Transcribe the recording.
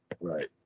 Right